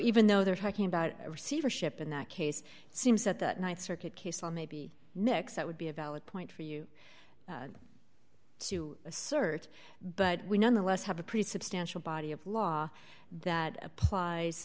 even though they're talking about receivership in that case it seems that the th circuit case on maybe mix that would be a valid point for you to assert but we nonetheless have a pretty substantial body of law that applies